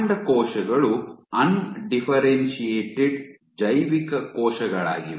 ಕಾಂಡಕೋಶಗಳು undifferentiated ಜೈವಿಕ ಕೋಶಗಳಾಗಿವೆ